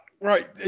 right